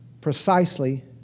precisely